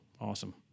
Awesome